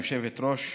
גברתי היושבת-ראש,